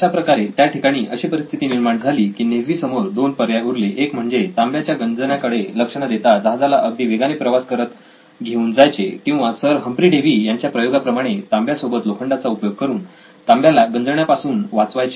अशाप्रकारे त्या ठिकाणी अशी परिस्थिती निर्माण झाली की नेव्ही समोर दोन पर्याय उरले एक म्हणजे तांब्याच्या गंजण्याकडे लक्ष न देता जहाजाला अगदी वेगाने प्रवास करत घेऊन जायचे किंवा सर हम्फ्री डेवी यांच्या प्रयोगाप्रमाणे तांब्यासोबत लोखंडाचा उपयोग करून तांब्याला गंजण्यापासून वाचवायचे